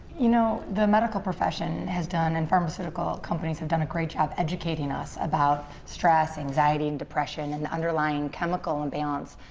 you know, the medical profession has done, and pharmaceutical companies, have done a great job educating us about stress, anxiety and depression and the underlying chemical imbalance,